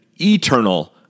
eternal